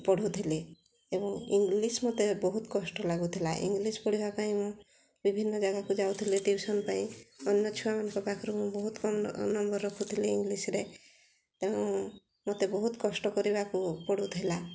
ପଢ଼ୁଥିଲି ଏବଂ ଇଂଲିଶ୍ ମୋତେ ବହୁତ କଷ୍ଟ ଲାଗୁଥିଲା ଇଂଲିଶ୍ ପଢ଼ିବା ପାଇଁ ମୁଁ ବିଭିନ୍ନ ଜାଗାକୁ ଯାଉଥିଲି ଟ୍ୟୁସନ୍ ପାଇଁ ଅନ୍ୟ ଛୁଆମାନଙ୍କ ପାଖରୁ ମୁଁ ବହୁତ କମ୍ ନମ୍ବର୍ ରଖୁଥିଲି ଇଂଲିଶ୍ରେ ତେଣୁ ମୋତେ ବହୁତ କଷ୍ଟ କରିବାକୁ ପଡ଼ୁଥିଲା